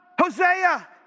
Hosea